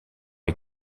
est